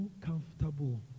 comfortable